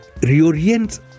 reorient